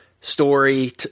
story